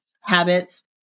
habits